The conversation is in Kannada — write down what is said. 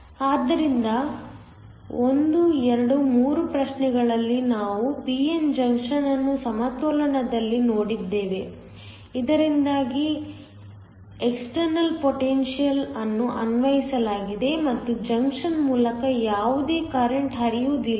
ಆದ್ದರಿಂದ 1 2 3 ಪ್ರಶ್ನೆ ಗಳಲ್ಲಿ ನಾವು p n ಜಂಕ್ಷನ್ ಅನ್ನು ಸಮತೋಲನದಲ್ಲಿ ನೋಡಿದ್ದೇವೆ ಇದರಿಂದಾಗಿ ಎಕ್ಸ್ಟರ್ನಲ್ ಪೊಟೆನ್ಶಿಯಲ್ ಅನ್ನು ಅನ್ವಯಿಸಲಾಗಿದೆ ಮತ್ತು ಜಂಕ್ಷನ್ ಮೂಲಕ ಯಾವುದೇ ಕರೆಂಟ್ ಹರಿಯುವುದಿಲ್ಲ